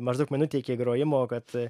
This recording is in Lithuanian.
maždaug minutei iki grojimo kad